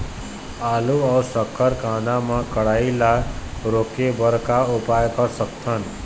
आलू अऊ शक्कर कांदा मा कढ़ाई ला रोके बर का उपाय कर सकथन?